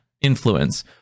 influence